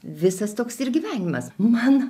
visas toks ir gyvenimas man